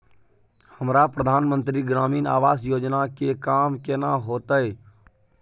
हमरा प्रधानमंत्री ग्रामीण आवास योजना के काम केना होतय?